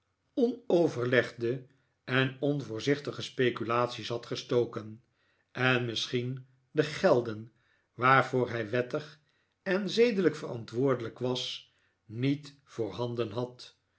onoverlegde en onvoorzichtige speculaties had gestoken en misschien de gelden waarvoor hij wettig en zedelijk verantwoordelijk was niet voorhanden had